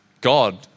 God